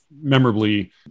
memorably